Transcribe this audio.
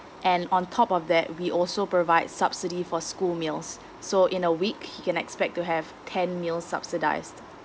and on top of that we also provide subsidy for school meals so in a week he can expect to have ten meals subsidised